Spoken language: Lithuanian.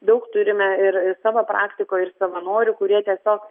daug turime ir savo praktikoj ir savanorių kurie tiesiog